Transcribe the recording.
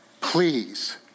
Please